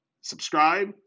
subscribe